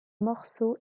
morceaux